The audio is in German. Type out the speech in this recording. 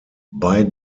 bei